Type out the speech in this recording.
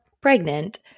pregnant